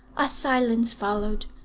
a silence followed,